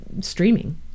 streaming